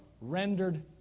rendered